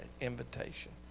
invitation